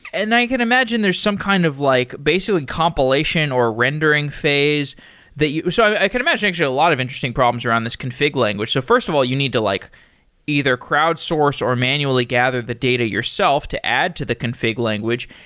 and i can imagine, there's some kind of like basically compilation or a rendering phase that so i could imagine, there's a lot of interesting problems around this config language. so first of all, you need to like either crowd source or manually gather the data yourself to add to the config language,